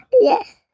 Yes